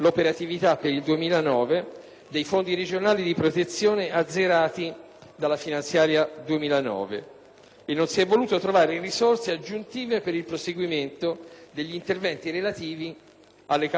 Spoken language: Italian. né si è voluto trovare risorse aggiuntive per il proseguimento degli interventi relativi alle calamità naturali, illustrate dagli emendamenti dei colleghi (l'alluvione in Piemonte e il terremoto in Molise).